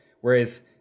Whereas